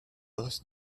both